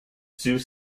sioux